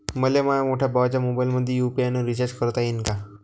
मले माह्या मोठ्या भावाच्या मोबाईलमंदी यू.पी.आय न रिचार्ज करता येईन का?